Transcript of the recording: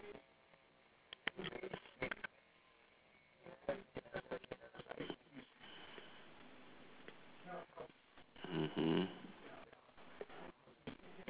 mmhmm